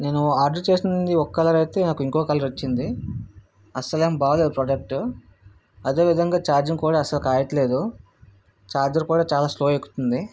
నేను ఆర్డర్ చేసింది ఒక కలర్ అయితే నాకు ఇంకో కలర్ వచ్చింది అసలు ఏమి బాలేదు ప్రొడెక్టు అదేవిధంగా ఛార్జింగ్ కూడా అసలు కాయట్లేదు చార్జర్ కూడా చాలా స్లో ఎక్కుతుంది